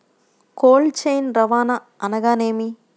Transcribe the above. Cold chain రవాణా అనగా నేమి?